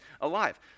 alive